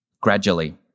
gradually